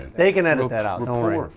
they can edit that out don't worry,